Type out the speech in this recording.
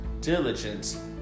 diligence